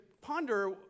ponder